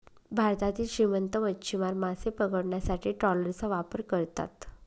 भारतातील श्रीमंत मच्छीमार मासे पकडण्यासाठी ट्रॉलरचा वापर करतात